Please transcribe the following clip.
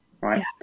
right